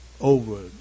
over